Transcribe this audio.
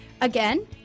Again